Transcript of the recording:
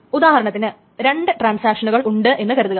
ഉദാഹരണത്തിന് രണ്ട് ട്രാൻസാക്ഷനുകൾ ഉണ്ട് എന്ന് കരുതുക